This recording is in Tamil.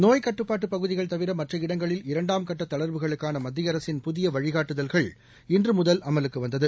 நோய்க் கட்டுப்பாட்டு பகுதிகள் தவிர மற்ற இடங்களில் இரண்டாம்கட்ட தளர்வுகளுக்கான மத்திய அரசின் புதிய வழிகாட்டுதல்கள் இன்று முதல் அமலுக்கு வந்தது